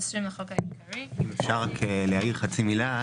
כמו שאמרתם,